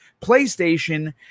PlayStation